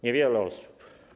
Niewiele osób.